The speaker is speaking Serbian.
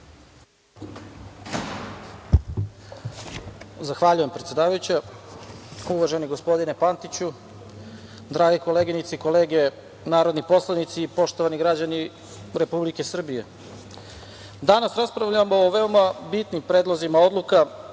Zahvaljujem predsedavajuća. Uvaženi gospodine Pantiću, drage koleginice i kolege narodni poslanici i poštovani građani Republike Srbije, danas raspravljamo o veoma bitnim predlozima odluka